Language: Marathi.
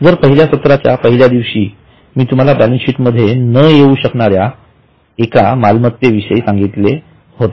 जर पहिल्या सत्राच्या पहिल्या दिवशी मी तुम्हाला बॅलन्सशीट मध्ये न येऊ शकणाऱ्या एका मालमत्ते विषयी सांगितले होते